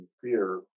fear